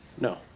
No